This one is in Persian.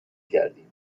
کردیم